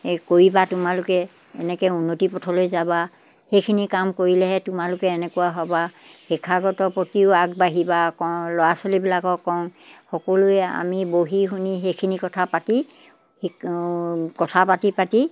এই কৰিবা তোমালোকে এনেকৈ উন্নতিৰ পথলৈ যাবা সেইখিনি কাম কৰিলেহে তোমালোকে এনেকুৱা হ'বা শিক্ষাগত প্ৰতিও আগবাঢ়িবা কওঁ ল'ৰা ছোৱালীবিলাকক কওঁ সকলোৱে আমি বহি শুনি সেইখিনি কথা পাতি কথা পাতি পাতি